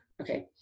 Okay